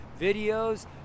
videos